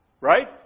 Right